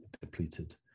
depleted